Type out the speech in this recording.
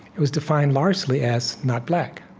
it was defined largely as not-black.